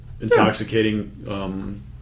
intoxicating